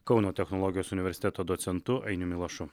kauno technologijos universiteto docentu ainiumi lašu